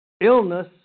illness